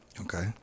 Okay